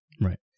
Right